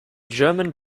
german